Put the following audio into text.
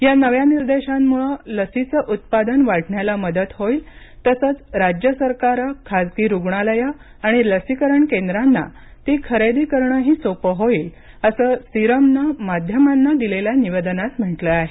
या नव्या निर्देशांमुळे लसीचं उत्पादन वाढण्याला मदत होईल तसंच राज्य सरकारं खाजगी रुग्णालयं आणि लसीकरण केंद्रांना ती खरेदी करणंही सोपं होईल असं सिरमनं माध्यमांना दिलेल्या निवेदनात म्हटलं आहे